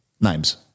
names